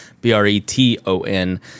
b-r-e-t-o-n